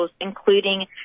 including